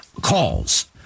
calls